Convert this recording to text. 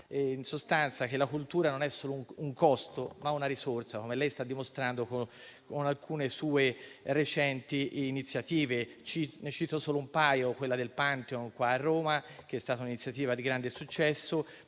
in sostanza che la cultura non è solo un costo, ma una risorsa, come lei sta dimostrando con alcune sue recenti iniziative. Ne cito solo un paio: quella del Pantheon qui a Roma, che è stata un'iniziativa di grande successo,